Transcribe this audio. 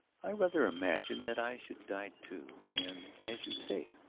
i rather imagine that i should die, too. and, as you say,